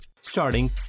Starting